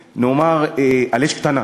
נאמר, "על אש קטנה".